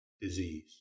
disease